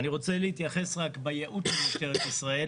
אני רוצה להתייחס בייעוד של משטרת ישראל